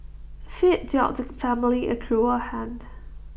fate dealt the family A cruel hand